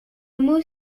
mot